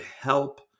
help